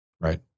right